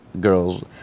girls